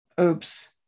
Oops